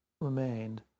remained